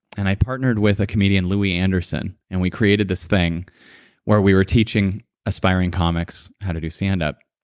and i partnered with a comedian louie anderson, and we created this thing where we were teaching aspiring comics how to do stand-up,